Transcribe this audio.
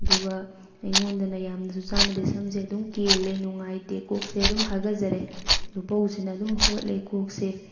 ꯑꯗꯨꯒ ꯑꯩꯉꯣꯟꯗꯅ ꯌꯥꯝꯅꯁꯨ ꯆꯥꯟꯅꯗꯦ ꯁꯝꯁꯦ ꯑꯗꯨꯝ ꯀꯦꯜꯂꯦ ꯅꯨꯡꯉꯥꯏꯇꯦ ꯀꯣꯛꯁꯦ ꯑꯗꯨꯝ ꯍꯥꯀꯠꯆꯔꯦ ꯂꯨꯄꯧꯁꯤꯅ ꯑꯗꯨꯝ ꯍꯣꯠꯂꯦ ꯀꯣꯛꯁꯦ